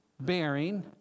bearing